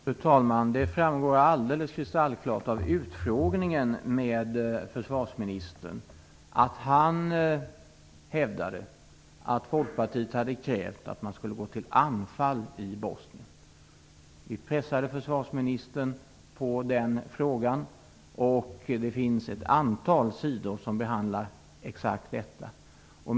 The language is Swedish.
Fru talman! Det framgår alldeles kristallklart av utfrågningen med försvarsministern att han hävdade att Folkpartiet hade krävt att man skulle gå till anfall i Bosnien. Vi pressade försvarsministern i den frågan. Det finns ett antal sidor som behandlar exakt detta.